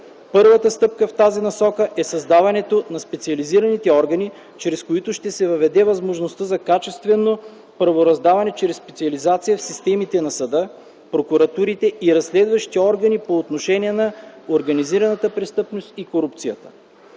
Първата стъпка в тази насока е създаването на специализираните органи, чрез които ще се въведе възможността за качествено правораздаване чрез специализация в системите на съда, прокуратурите и разследващите органи по отношение на организираната престъпност и корупцията.